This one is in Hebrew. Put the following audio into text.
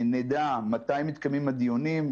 נדע מתי מתקיימים הדיונים,